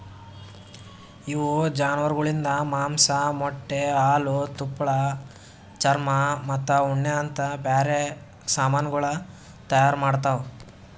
ಇವು ಜಾನುವಾರುಗೊಳಿಂದ್ ಮಾಂಸ, ಮೊಟ್ಟೆ, ಹಾಲು, ತುಪ್ಪಳ, ಚರ್ಮ ಮತ್ತ ಉಣ್ಣೆ ಅಂತ್ ಬ್ಯಾರೆ ಸಮಾನಗೊಳ್ ತೈಯಾರ್ ಮಾಡ್ತಾವ್